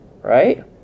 Right